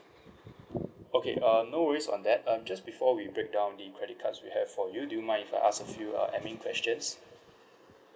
okay uh no worries on that um just before we breakdown the credit cards we have for you do you mind if I ask a few uh admin questions